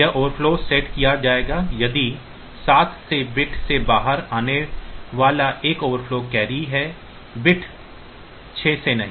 यह overflow set किया जाएगा यदि 7 से बिट से बाहर आने वाला एक overflow कैरी है लेकिन बिट 6 से नहीं